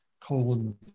colon